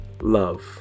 love